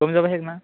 कमी जावपा शकना